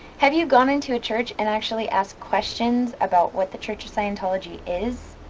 have you gone into a church and actually asked questions about what the church of scientology is?